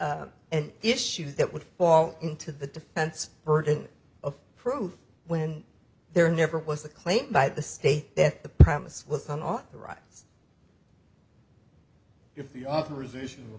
framed and issues that would fall into the defense burden of proof when there never was a claim by the state that the promise was not authorized if the authorization